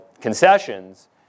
concessions